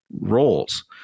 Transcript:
roles